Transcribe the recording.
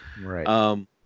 Right